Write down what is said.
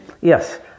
Yes